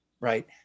right